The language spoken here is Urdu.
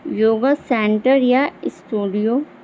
یوگا سینٹر یا اسٹوڈیو